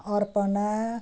Arpana